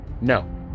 No